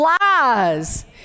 lies